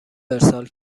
ارسال